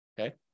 Okay